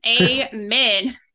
Amen